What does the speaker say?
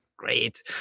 great